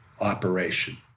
operation